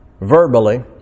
verbally